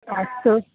अस्तु